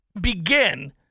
begin